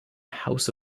house